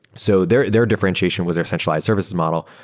so their their differentiation was their centralized service model.